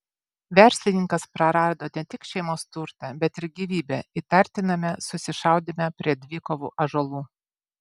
verslininkas prarado ne tik šeimos turtą bet ir gyvybę įtartiname susišaudyme prie dvikovų ąžuolų